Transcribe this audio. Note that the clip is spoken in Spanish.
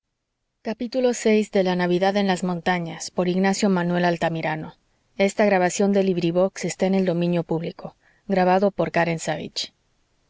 gutenberg's la navidad en las montanas by ignacio manuel altamirano